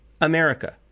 America